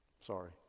Sorry